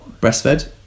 breastfed